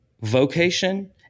vocation